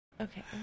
okay